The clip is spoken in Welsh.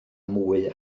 mwy